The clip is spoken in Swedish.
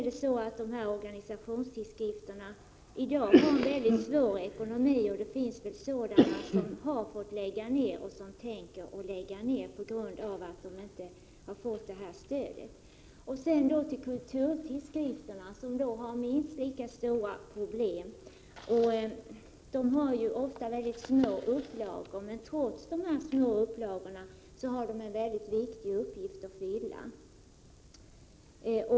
Dessa organisationstidskrifter har det svårt ekonomiskt, och det finns sådana som har lagt ner eller som planerar att lägga ner på grund av att de inte fått stöd. Kulturtidskrifterna har minst lika stora problem. De har ofta små upplagor, men trots dessa små upplagor har de en viktig uppgift att fylla.